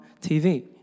TV